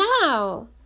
now